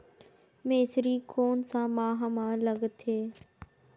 मेझरी कोन सा माह मां लगथे